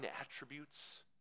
attributes